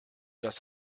das